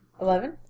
Eleven